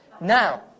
Now